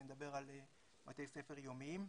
אני מדבר על בתי ספר יומיים,